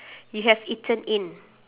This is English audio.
you have eaten in